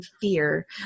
fear